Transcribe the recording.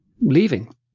leaving